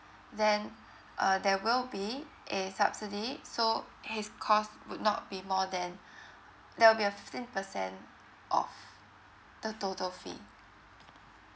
then uh there will be a subsidy so his course would not be more than there will be a fifteen percent off the total fee